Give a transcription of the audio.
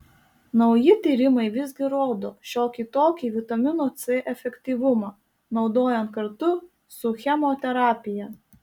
nauji tyrimai visgi rodo šiokį tokį vitamino c efektyvumą naudojant kartu su chemoterapija